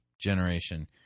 generation